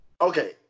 Okay